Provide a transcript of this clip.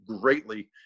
greatly